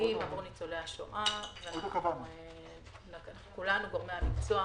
נמצאים עבור ניצולי השואה וכולנו גורמי המקצוע